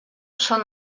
són